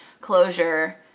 closure